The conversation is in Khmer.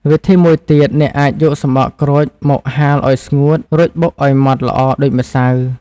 វិធីមួយទៀត អ្នកអាចយកសំបកក្រូចមកហាលឲ្យស្ងួត រួចបុកឲ្យម៉ដ្ឋល្អដូចម្សៅ។